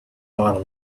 bottle